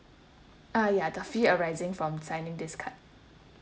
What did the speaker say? ah ya the fee arising from signing this card